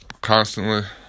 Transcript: constantly